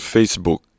Facebook